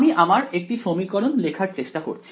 আমি আমার একটি সমীকরণ লেখার চেষ্টা করছি